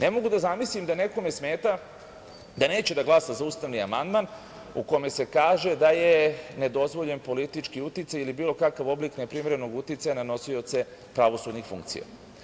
Ne mogu da zamislim da nekome smeta, tj. da neće da glasa za ustavni amandman u kome se kaže da je nedozvoljen politički uticaj ili bilo kakav oblik neprimerenog uticaja na nosioce pravosudnih funkcija.